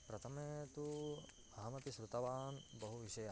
प्रथमं तु अहमपि श्रुतवान् बहुविषयान्